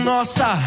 Nossa